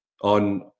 on